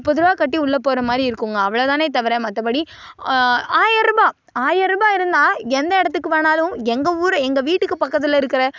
முப்பதுரூபா கட்டி உள்ள போகற மாதிரி இருக்குங்க அவ்வளோ தானே தவிர மற்றபடி ஆயிர்ரூபா ஆயிர்ரூபா இருந்தால் எந்த இடத்துக்கு வேணாலும் எங்கள் ஊர் எங்கள் வீட்டுக்கு பக்கத்தில் இருக்கிற